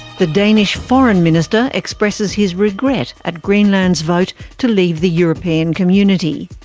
the danish foreign minister expresses his regret at greenland's vote to leave the european community.